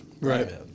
Right